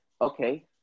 Okay